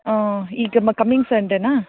ಹಾಂ ಈಗ ಮ ಕಮಿಂಗ್ ಸಂಡೆನ